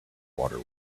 water